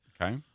Okay